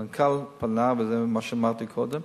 המנכ"ל פנה, וזה מה שאמרתי קודם.